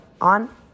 on